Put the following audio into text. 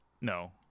No